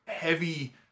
Heavy